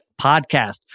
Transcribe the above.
podcast